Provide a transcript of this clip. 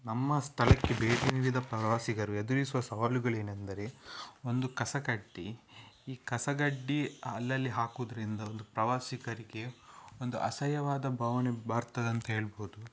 ನಮ್ಮ ಸ್ಥಳಕ್ಕೆ ಭೇಟಿ ನೀಡಿದ ಪ್ರವಾಸಿಗರು ಎದುರಿಸುವ ಸವಾಲುಗಳೇನೆಂದರೆ ಒಂದು ಕಸಗಡ್ಡಿ ಈ ಕಸಗಡ್ಡಿ ಅಲ್ಲಲ್ಲಿ ಹಾಕೋದ್ರಿಂದ ಒಂದು ಪ್ರವಾಸಿಗರಿಗೆ ಒಂದು ಅಸಹ್ಯವಾದ ಭಾವನೆ ಬರ್ತದಂತ ಹೇಳ್ಬೋದು